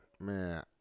Man